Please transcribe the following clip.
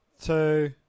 two